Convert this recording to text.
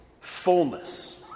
Fullness